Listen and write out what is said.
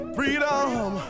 freedom